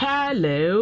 Hello